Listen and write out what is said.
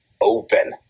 open